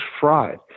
fried